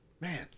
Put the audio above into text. Man